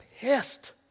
pissed